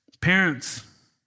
Parents